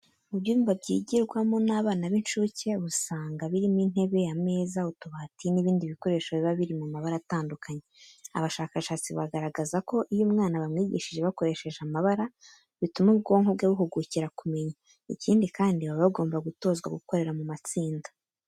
Mu byumba byigirwamo n'abana b'incuke usanga birimo intebe, ameza, utubati n'ibindi bikoresho biba biri mu mabara atandukanye. Abashakashatsi bagaragaza ko iyo umwana bamwigishije bakoresheje amabara, bituma ubwonko bwe buhugukira kumenya. Ikindi kandi baba bagomba gutozwa gukorera mu matsinda.